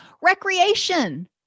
recreation